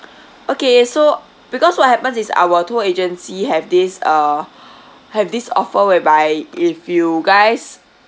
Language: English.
okay so because what happens is our tour agency have this uh have this offer whereby if you guys